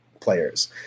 players